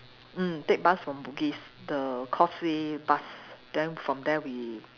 mm take bus from Bugis the causeway bus then from there we